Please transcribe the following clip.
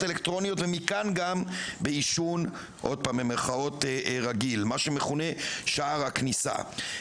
אלקטרוניות ומכאן גם בעישון "רגיל" מה שמכונה שער הכניסה.